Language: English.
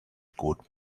could